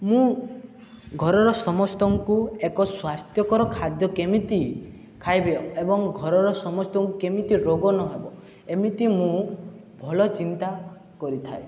ମୁଁ ଘରର ସମସ୍ତଙ୍କୁ ଏକ ସ୍ୱାସ୍ଥ୍ୟକର ଖାଦ୍ୟ କେମିତି ଖାଇବେ ଏବଂ ଘରର ସମସ୍ତଙ୍କୁ କେମିତି ରୋଗ ନହେବ ଏମିତି ମୁଁ ଭଲ ଚିନ୍ତା କରିଥାଏ